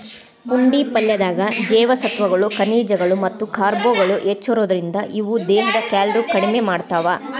ಪುಂಡಿ ಪಲ್ಲೆದಾಗ ಜೇವಸತ್ವಗಳು, ಖನಿಜಗಳು ಮತ್ತ ಕಾರ್ಬ್ಗಳು ಹೆಚ್ಚಿರೋದ್ರಿಂದ, ಇವು ದೇಹದ ಕ್ಯಾಲೋರಿ ಕಡಿಮಿ ಮಾಡ್ತಾವ